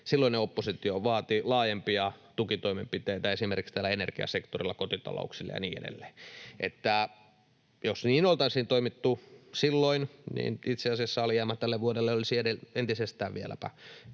silloinen oppositio vaati laajempia tukitoimenpiteitä esimerkiksi energiasektorilla kotitalouksille, ja niin edelleen. Jos niin oltaisiin toimittu silloin, niin itse asiassa alijäämä tälle vuodelle olisi entisestään vieläpä